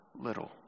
little